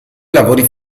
lavori